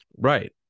Right